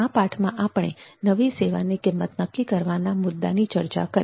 આ પાઠમાં આપણી નવી સેવાની કિંમત નક્કી કરવાના મુદ્દાની ચર્ચા કરી